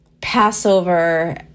Passover